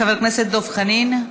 חבר הכנסת דב חנין.